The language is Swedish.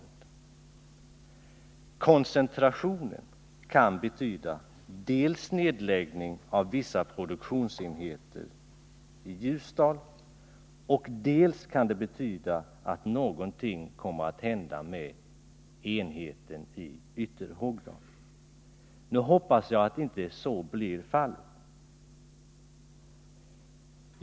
Den koncentration det talas om kan innebära antingen att vissa produktionsenheteri Ljusdal läggs ned eller att någonting kommer att hända med enheten i Ytterhogdal. Jag hoppas att så inte blir fallet.